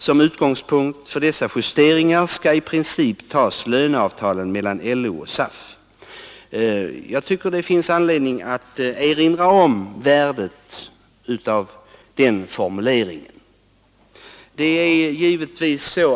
Som utgångspunkt för dessa justeringar skall i princip tas löneavtalen mellan LO och SAF. Det finns anledning att här erinra om värdet av den formuleringen.